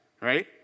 right